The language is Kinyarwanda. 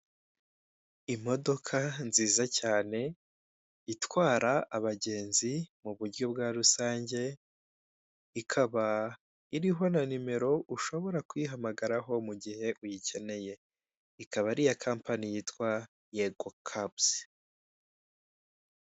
Imodoka nziza cyane itwara abagenzi mu buryo bwa rusange, ikaba iriho na nimero ushobora kuyihamagaraho mu gihe uyikeneye, ikaba ari iya kapani yitwa yego kabuzi.